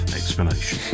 explanation